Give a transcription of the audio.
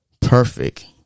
perfect